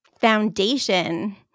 foundation